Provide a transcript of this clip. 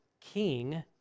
king